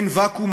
אין ואקום,